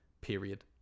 period